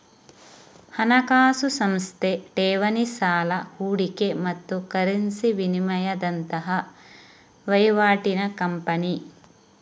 ಹಣಕಾಸು ಸಂಸ್ಥೆ ಠೇವಣಿ, ಸಾಲ, ಹೂಡಿಕೆ ಮತ್ತು ಕರೆನ್ಸಿ ವಿನಿಮಯದಂತಹ ವೈವಾಟಿನ ಕಂಪನಿ